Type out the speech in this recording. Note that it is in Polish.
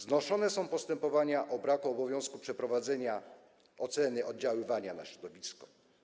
Znoszone są postępowania o brak obowiązku przeprowadzenia oceny oddziaływania na środowisko.